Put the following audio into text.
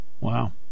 Wow